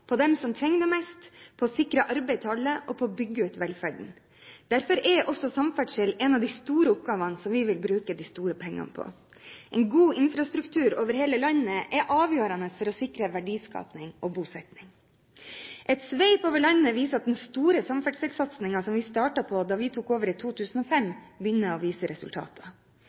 på dem som trenger det mest, på å sikre arbeid til alle og på å bygge ut velferden. Derfor er også samferdsel en av de store oppgavene som vi vil bruke de store pengene på. En god infrastruktur over hele landet er avgjørende for å sikre verdiskaping og bosetting. En sveip over landet viser at den store samferdselssatsingen som vi startet på da vi tok over i 2005, begynner å vise resultater.